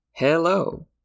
Hello